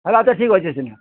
ହେଲା ତ ଠିକ୍ ଅଛେ ସିନେ